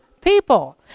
people